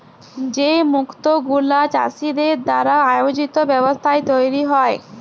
যে মুক্ত গুলা চাষীদের দ্বারা আয়জিত ব্যবস্থায় তৈরী হ্যয়